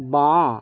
বাঁ